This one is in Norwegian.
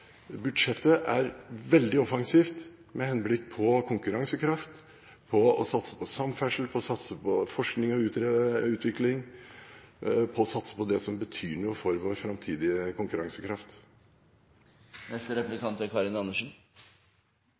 budsjettet er veldig offensivt med henblikk på konkurransekraft, på å satse på samferdsel, på å satse på forskning og utvikling, på å satse på det som betyr noe for vår framtidige konkurransekraft. Dette budsjettet er